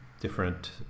different